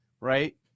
right